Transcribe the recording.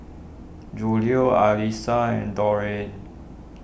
Julio Alissa and Dorene